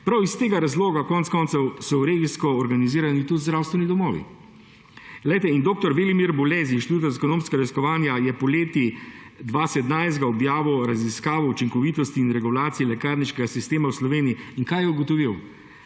Prav iz tega razloga konec koncev so regijsko organizirani tudi zdravstveni domovi. Dr. Velimir Bole iz Inštituta za ekonomsko raziskovanja je poleti 2017 objavil raziskavo o učinkovitosti in regulaciji lekarniškega sistema v Sloveniji. In kaj je ugotovil?